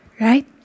Right